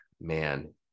Man